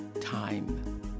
time